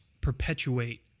perpetuate